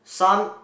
some